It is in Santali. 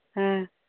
ᱦᱮᱸ